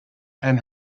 and